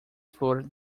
flor